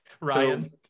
Ryan